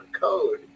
code